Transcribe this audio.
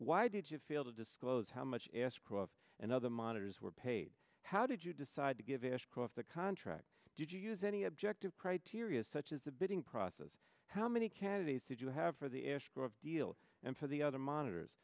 why did you fail to disclose how much ashcroft and other monitors were paid how did you decide to give a score of the contract did you use any objective criteria such as a bidding process how many candidates did you have for the ashgrove deal and for the other monitors